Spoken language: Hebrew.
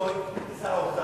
אני